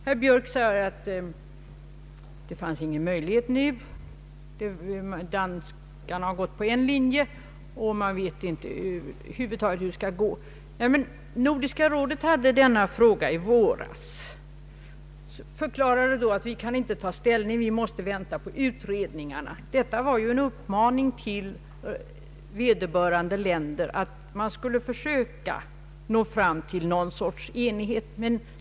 Herr Björk sade att det inte finns någon möjlighet nu. Danskarna har gått på en linje, och man vet över huvud taget inte hur det skall bli. Nordiska rådet hade denna fråga uppe i våras och förklarade då att det inte kunde ta ställning utan måste vänta på utredningarna. Detta var ju en uppmaning till medlemsländerna att försöka nå fram till någon sorts enighet.